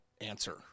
answer